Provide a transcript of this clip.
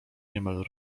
niemal